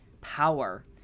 power